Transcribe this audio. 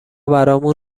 برامون